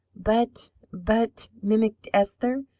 but, but mimicked esther.